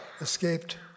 escaped